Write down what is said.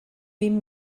vint